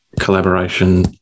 collaboration